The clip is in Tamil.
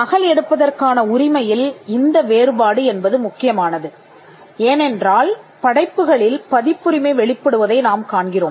நகல் எடுப்பதற்கான உரிமையில் இந்த வேறுபாடு என்பது முக்கியமானது ஏனென்றால் படைப்புகளில் பதிப்புரிமை வெளிப்படுவதை நாம் காண்கிறோம்